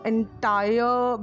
Entire